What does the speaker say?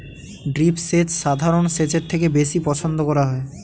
drip সেচ সাধারণ সেচের থেকে বেশি পছন্দ করা হয়